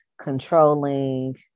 controlling